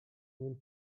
nim